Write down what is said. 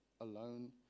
alone